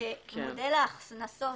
שמודל ההכנסות,